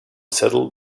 settle